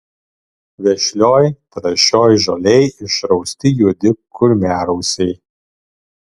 vešlioj trąšioj žolėj išrausti juodi kurmiarausiai